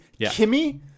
Kimmy